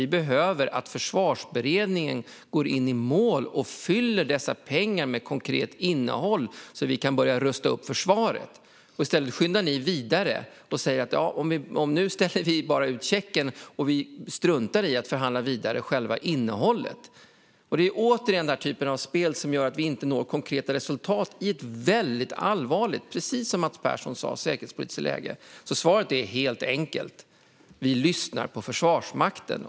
De behöver att Försvarsberedningen går i mål och fyller pengarna med konkret innehåll så att de kan börja rusta upp försvaret. I stället skyndar ni vidare, Mats Persson, och säger att ni ställer ut checken och struntar i att förhandla vidare om själva innehållet. Det är återigen den typ av spel som gör att vi inte når konkreta resultat i detta allvarliga säkerhetspolitiska läge, som Mats Persson sa. Svaret är helt enkelt: Vi lyssnar på Försvarsmakten.